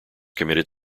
committed